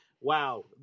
wow